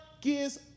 gives